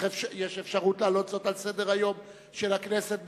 יש אפשרות להעלות זאת על סדר-היום של הכנסת,